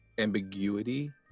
ambiguity